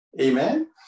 Amen